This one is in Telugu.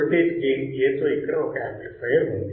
వోల్టేజ్ గెయిన్ A తో ఇక్కడ ఒక యాంప్లిఫైయర్ ఉంది